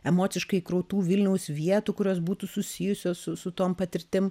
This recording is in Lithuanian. emociškai krūtų vilniaus vietų kurios būtų susijusios su tom patirtim